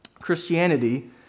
Christianity